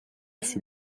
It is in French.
fut